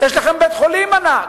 יש לכם בית-חולים ענק,